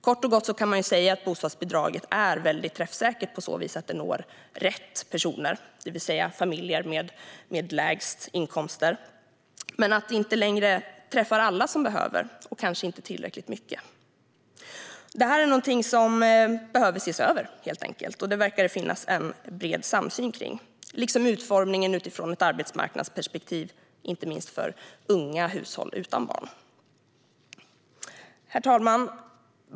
Kort och gott kan man säga att bostadsbidraget är väldigt träffsäkert på så vis att det når rätt personer, det vill säga familjer med de lägsta inkomsterna, men att det inte längre träffar alla som behöver det och kanske inte i tillräckligt hög grad. Det här är någonting som behöver ses över, och det verkar det finnas en bred samsyn om liksom om utformningen utifrån ett arbetsmarknadsperspektiv, inte minst för unga hushåll utan barn. Herr talman!